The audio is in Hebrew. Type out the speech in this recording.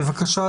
בבקשה,